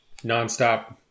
nonstop